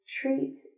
treat